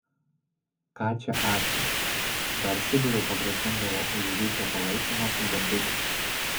ką čia ačiū dar sibiru pagrasindavo už ryšio palaikymą su banditais